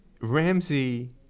Ramsey